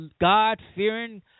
god-fearing